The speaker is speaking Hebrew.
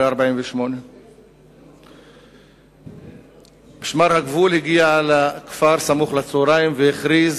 1948. משמר הגבול הגיע לכפר סמוך לצהריים והכריז